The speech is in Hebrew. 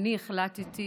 אני החלטתי,